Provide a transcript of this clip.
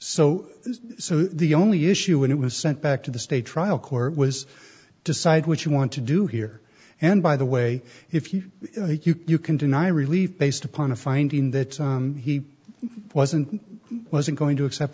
this so the only issue when it was sent back to the state trial court was decide what you want to do here and by the way if you think you can deny relief based upon a finding that he wasn't wasn't going to accept